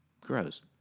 grows